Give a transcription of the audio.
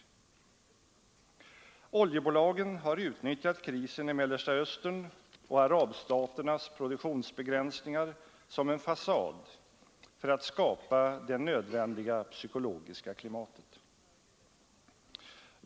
Oljebolagen har utnyttjat krisen i Mellersta Östern och arabstaternas produktionsbegränsningar som en fasad för att skapa det nödvändiga psykologiska klimatet.